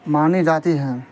مانی جاتی ہیں